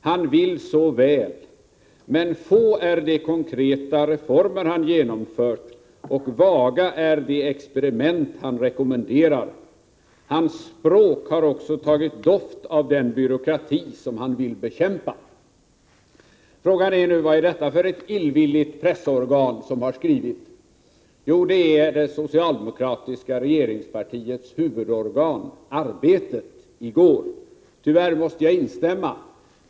Han vill så väl. Men få är de konkreta reformer han genomfört och vaga är de experiment han rekommenderar. Hans språk har också tagit doft av den byråkrati, som han vill bekämpa.” Vad är det för ett illvilligt pressorgan som har skrivit detta? Jo, det är det socialdemokratiska regeringspartiets huvudorgan, tidningen Arbetet. Tyvärr måste jag instämma.